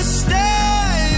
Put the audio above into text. stay